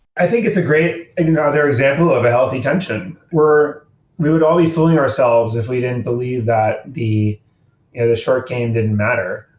i think it's a great another example of a healthy tension, where we would all be fooling ourselves if we didn't believe that the and short game didn't matter,